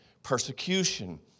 Persecution